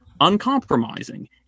uncompromising